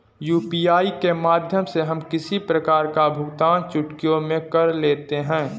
UPI के माध्यम से हम किसी प्रकार का भुगतान चुटकियों में कर लेते हैं